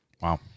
Wow